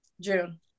June